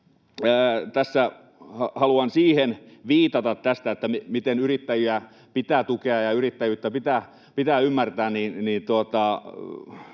siihen viitata, miten yrittäjiä pitää tukea ja yrittäjyyttä pitää ymmärtää,